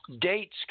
Dates